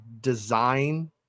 design